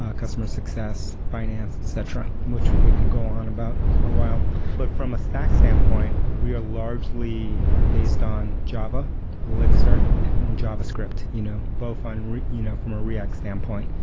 ah customer success, finance etc, which we can go on about for a while but from a stack standpoint, we are largely based on java elixir and javascript, you know both you know from a react standpoint.